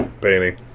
painting